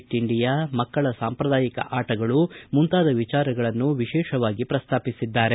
ಟ್ ಇಂಡಿಯಾ ಮಕ್ಕಳ ಸಾಂಪ್ರದಾಯಿಕ ಆಟಗಳು ಮುಂತಾದ ವಿಚಾರಗಳನ್ನು ವಿಶೇಷವಾಗಿ ಪ್ರಸ್ತಾಪಿಸಿದ್ದಾರೆ